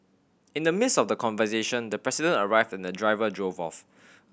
in the midst of the conversation the President arrived and the driver drove off